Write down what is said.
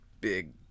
big